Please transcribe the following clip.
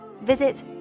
Visit